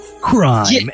Crime